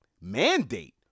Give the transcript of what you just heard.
Mandate